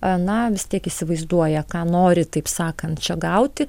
a na vis tiek įsivaizduoja ką nori taip sakant čia gauti